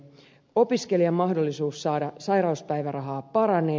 opiskelijan mahdollisuus saada sairauspäivärahaa paranee